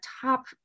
top